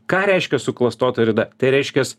ką reiškia suklastota rida tai reiškias